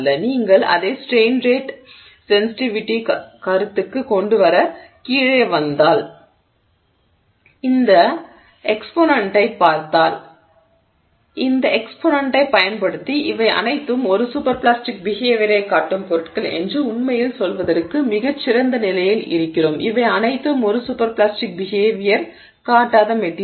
நீங்கள் அதை strain rate sensitivity கருத்துக்குக் கொண்டுவர கீழே வந்தால் இந்த எக்ஸ்போனெண்ட்டைப் பார்த்தால் இந்த எக்ஸ்போனெண்ட்டைப் பயன்படுத்தி இவை அனைத்தும் ஒரு சூப்பர் பிளாஸ்டிக் பிஹேவியரைக் காட்டும் பொருட்கள் என்று உண்மையில் சொல்வதற்கு மிகச் சிறந்த நிலையில் இருக்கிறோம் இவை அனைத்தும் ஒரு சூப்பர் பிளாஸ்டிக் பிஹேவியர் காட்டாத மெட்டிரியல்